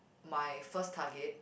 my first target